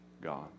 God